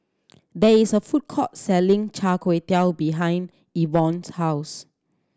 there is a food court selling chai tow kway behind Evon's house